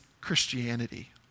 Christianity